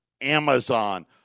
Amazon